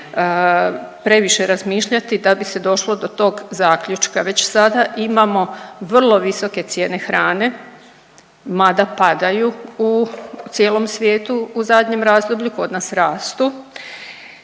previše razmišljati da bi se došlo do tog zaključka. Već sada imamo vrlo visoke cijene hrane, mada padaju u cijelom svijetu u zadnjem razdoblju, kod nas rastu